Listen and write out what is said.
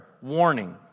warning